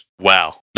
Wow